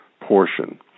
portion